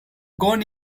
gone